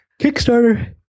Kickstarter